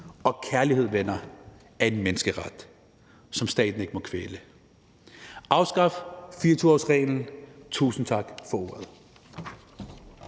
og kærlighed, venner, er en menneskeret, som staten ikke må kvæle. Afskaf 24-årsreglen, tusind tak for ordet.